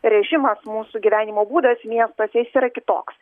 režimas mūsų gyvenimo būdas miestuose jis yra kitoks